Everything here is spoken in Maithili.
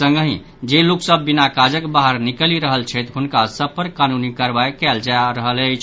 संगहि जे लोक सभ बिना काजक बाहर निकलि रहल छथि हुनका सभ पर कानूनी कार्रवाई कयल जा रहल अछि